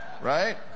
Right